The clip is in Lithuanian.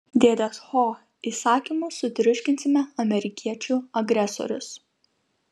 dėdės ho įsakymu sutriuškinsime amerikiečių agresorius